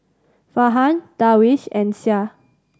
Farhan Darwish and Syah